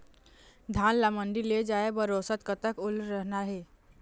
धान ला मंडी ले जाय बर औसत कतक ओल रहना हे?